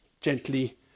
gently